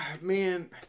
Man